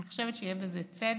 אני חושבת שיהיה בזה צדק,